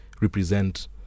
represent